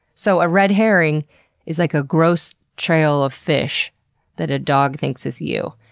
so, a red herring is like a gross trail of fish that a dog thinks is you.